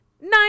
Nine